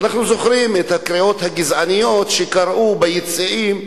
אנחנו זוכרים את הקריאות הגזעניות שקראו ביציעים,